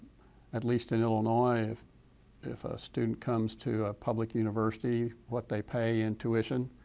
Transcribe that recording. at least in illinois, if if a student comes to a public university, what they pay in tuition